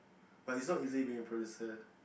but it's not easy being a producer